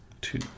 Two